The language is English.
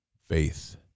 faith